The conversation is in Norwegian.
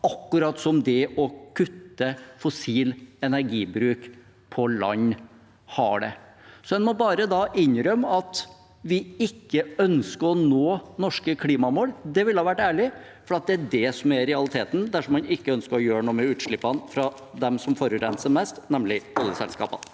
akkurat som at det å kutte fossil energibruk på land har det. Man må da bare innrømme at man ikke ønsker å nå norske klimamål. Det ville ha vært ærlig, for det er det som er realiteten dersom man ikke ønsker å gjøre noe med utslippene fra dem som forurenser mest, nemlig oljeselskapene.